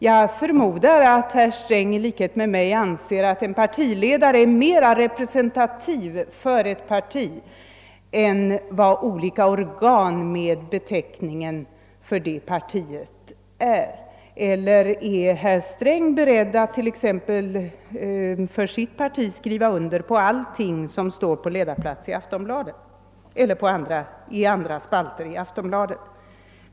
Jag förmodar att herr Sträng i likhet med mig anser, att en partiledare är mera representativ för ett parti än vad olika organ med beteckningen för det partiet är, eller är herr Sträng beredd att för t.ex. sitt parti skriva under på allt som står på ledarplats eller i andra spalter i Aftonbladet?